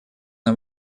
нам